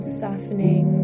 softening